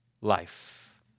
life